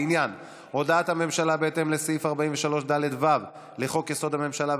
בעניין הודעת הממשלה בהתאם לסעיף 43ד(ו) לחוק-יסוד: הממשלה,